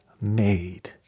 made